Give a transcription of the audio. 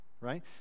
right